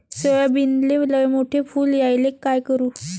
सोयाबीनले लयमोठे फुल यायले काय करू?